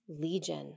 Legion